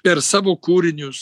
per savo kūrinius